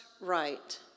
right